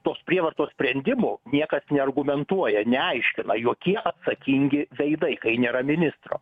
tos prievartos sprendimų niekas neargumentuoja neaiškina jokie atsakingi veidai kai nėra ministro